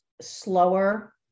slower